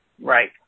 Right